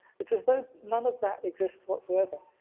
it's as though none of that exists whatsoever,